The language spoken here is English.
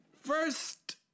First